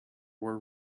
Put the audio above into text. were